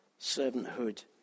servanthood